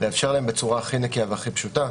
לאפשר להם בצורה הכי נקייה ופשוטה.